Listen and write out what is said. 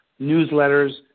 newsletters